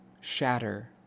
shatter